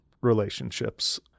relationships